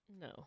No